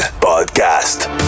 Podcast